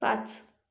पाच